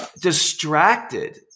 distracted